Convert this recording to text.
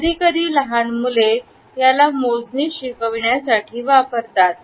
कधीकधी लहान मुले याला मोजणी शिकण्यासाठी वापरतात